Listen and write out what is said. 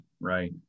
Right